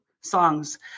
songs